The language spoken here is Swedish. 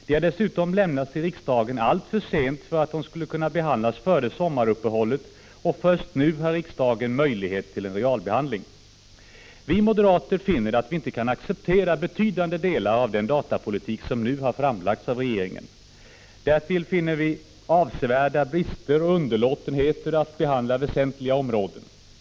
De har dessutom lämnats till riksdagen alltför sent för att de skulle kunna behandlas före sommaruppehållet, och först nu har riksdagen möjlighet till en realbehandling. Vi moderater finner att vi inte kan acceptera betydande delar av den datapolitik som nu har framlagts av regeringen. Därtill finner vi avsevärda brister och underlåtenheter att behandla väsentliga områden.